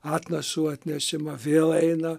atnašų atnešimą vėl eina